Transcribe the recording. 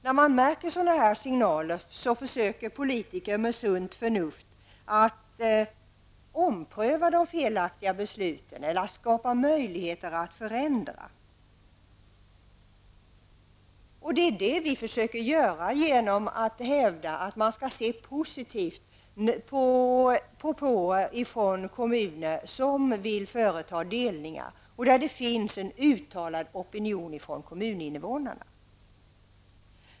Politiker med sunt förnuft försöker när de får sådana här signaler att ompröva de felaktiga besluten eller skapa möjligheter att förändra. Detta är också vad vi försöker göra genom att hävda att man skall se positivt på propåer från kommuner som vill företa delningar och där det hos kommuninvånarna finns en uttalad opinion för detta.